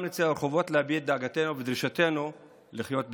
גם נצא לרחובות להביע את דאגתנו ודרישתנו לחיות בכבוד.